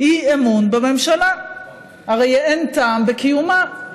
אי-אמון בממשלה, הרי אין טעם בקיומה.